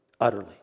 utterly